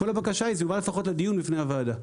כל הבקשה היא שזה יובא לפחות לדיון בפני הוועדה.